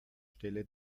stelle